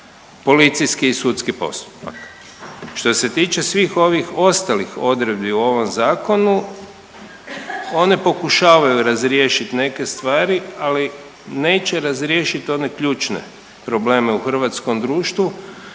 policijski i sudski postupak. Što se tiče svih ovih ostalih odredbi u ovom zakonu one pokušavaju razriješit neke stvari, ali neće razriješit one ključne probleme u hrvatskom društvu.